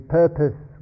purpose